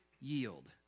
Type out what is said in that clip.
yield